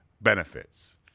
benefits